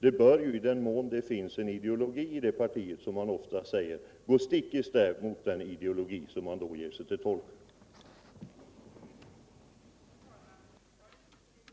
I den mån det finns en ideologi i det partiet. bör detta handlande gå stick i stäv med den ideologi som man gör sig till tolk för.